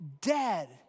dead